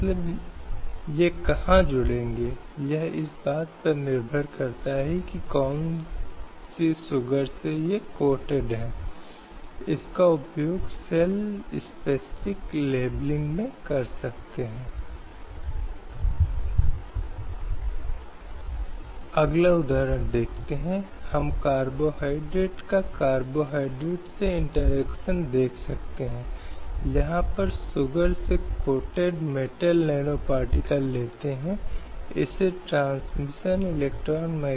slide समय संदर्भ 1936 IPC की धारा 497 है जिसे हम व्यभिचार की बात कहते हैं अब वह धारा वहाँ है जो एक आदमी को दूसरे पुरुष के साथ व्यभिचार संबंधों के लिए कार्रवाई करने की अनुमति देती है जिसके साथ पत्नी ऐसे व्यभिचार संबंध में है